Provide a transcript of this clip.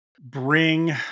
bring